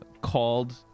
called